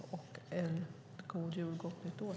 God jul och gott nytt år!